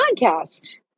podcast